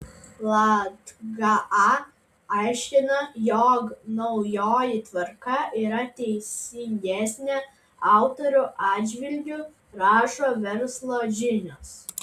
latga a aiškina jog naujoji tvarka yra teisingesnė autorių atžvilgiu rašo verslo žinios